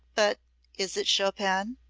but is it chopin?